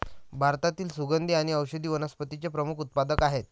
भारतातील सुगंधी आणि औषधी वनस्पतींचे प्रमुख उत्पादक आहेत